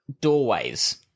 doorways